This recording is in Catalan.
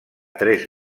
tres